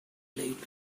lights